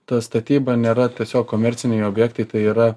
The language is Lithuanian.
ta statyba nėra tiesiog komerciniai objektai tai yra